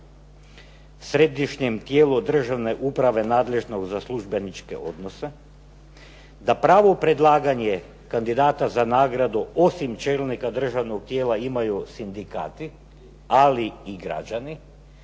središnjem tijelu državne uprave nadležnog za službeničke odnose, da pravo predlaganja kandidata za nagradu osim čelnika državnog tijela imaju sindikati, ali i građani